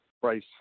price